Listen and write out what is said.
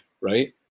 right